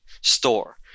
store